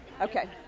Okay